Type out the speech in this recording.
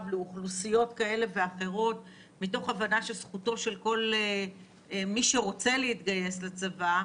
לאוכלוסיות כאלה ואחרות מתוך הבנה שזכותו של מי שרוצה להתגייס לצבא,